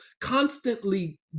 constantly